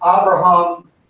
Abraham